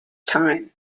time